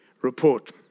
report